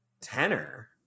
tenor